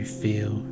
feel